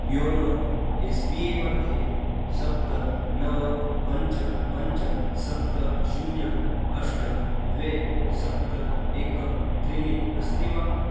YONO S B A मध्ये सप्त नव पञ्च पञ्च सप्त शून्यम् अष्ट द्वे सप्त एकं त्रीणि अस्ति वा